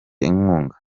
inkunga